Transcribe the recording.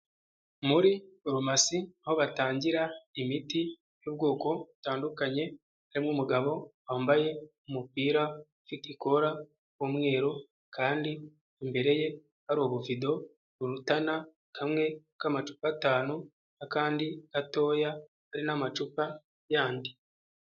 Muri farumasi aho batangira imiti y'ubwoko butandukanye, harimo umugabo wambaye umupira ufite ikora umweru kandi imbere ye hari ubuvido burutana kamwe k'amacupa atanu akandi gatoya hari n'amacupa yandi.